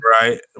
Right